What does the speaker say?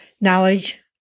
knowledge